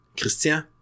Christian